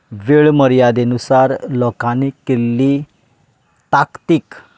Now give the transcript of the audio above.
वेळ मर्यादेनुसार लोकांनी केल्ली ताकतीक